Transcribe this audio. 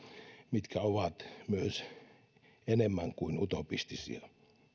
mitkä ovat myös enemmän kuin utopistisia